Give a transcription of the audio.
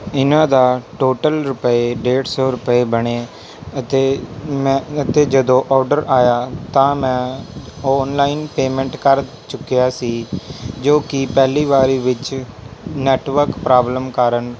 ਇਹਨਾਂ ਦਾ ਟੋਟਲ ਰੁਪਏ ਡੇਢ ਸੌ ਰੁਪਏ ਬਣੇ ਅਤੇ ਮੈਂ ਅਤੇ ਜਦੋਂ ਆਰਡਰ ਆਇਆ ਤਾਂ ਮੈਂ ਔਨਲਾਇਨ ਪੇਮੈਂਟ ਕਰ ਚੁੱਕਿਆ ਸੀ ਜੋ ਕਿ ਪਹਿਲੀ ਵਾਰੀ ਵਿੱਚ ਨੈੱਟਵਰਕ ਪ੍ਰੋਬਲਮ ਕਾਰਨ